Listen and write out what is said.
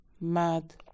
Mad